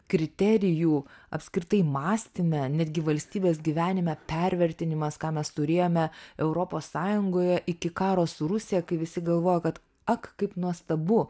kriterijų apskritai mąstyme netgi valstybės gyvenime pervertinimas ką mes turėjome europos sąjungoje iki karo su rusija kai visi galvojo kad ak kaip nuostabu